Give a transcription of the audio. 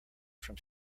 from